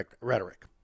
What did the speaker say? rhetoric